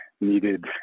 needed